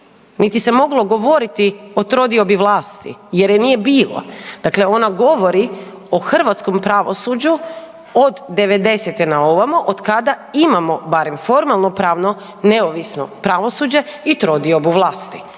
niti se moglo govoriti o trodiobi vlasti jer je nije bilo. Dakle, ona govori o hrvatskom pravosuđu od 90-te na ovamo od kada imamo barem formalnopravno neovisno pravosuđe i trodiobu vlasti